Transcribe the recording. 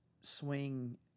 swing